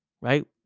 right